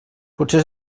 potser